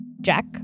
Jack